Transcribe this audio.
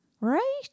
right